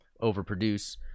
overproduce